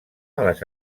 les